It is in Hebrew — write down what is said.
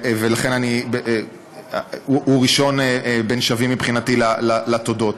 הוא ראשון בין שווים מבחינתי לתודות.